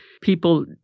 people